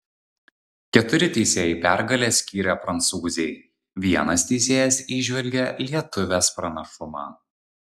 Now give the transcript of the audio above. keturi teisėjai pergalę skyrė prancūzei vienas teisėjas įžvelgė lietuvės pranašumą